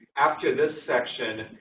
after this section,